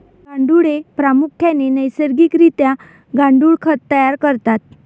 गांडुळे प्रामुख्याने नैसर्गिक रित्या गांडुळ खत तयार करतात